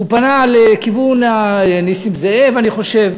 הוא פנה לכיוון נסים זאב, אני חושב,